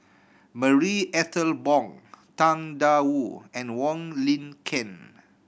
Marie Ethel Bong Tang Da Wu and Wong Lin Ken